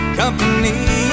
company